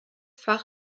fach